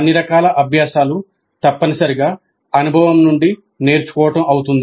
అన్ని రకాల అభ్యాసాలు తప్పనిసరిగా అనుభవం నుండి నేర్చుకోవడం అవుతుంది